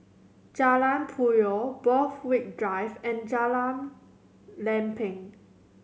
Jalan Puyoh Borthwick Drive and Jalan Lempeng